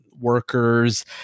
workers